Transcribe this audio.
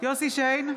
יוסף שיין,